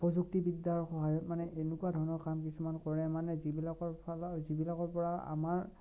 প্ৰযুক্তিবিদ্যাৰ সহায়ত মানে এনেকুৱা ধৰণৰ কাম কিছুমান কৰে মানে যিবিলাকৰ ফলত যিবিলাকৰ পৰা আমাৰ